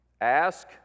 Ask